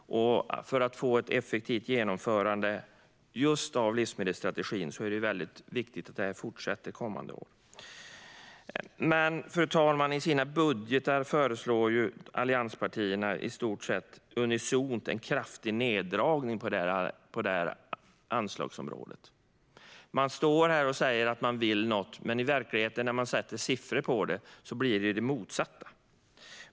För att få ett effektivt genomförande av livsmedelsstrategin är det väldigt viktigt att det arbetet fortsätter under kommande år. Fru talman! I sina budgetar föreslår allianspartierna i stort sett unisont en kraftig neddragning på det anslagsområdet. De står här och säger att de vill något, men det blir det motsatta i verkligheten när de sätter siffror på det.